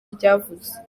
ryavuze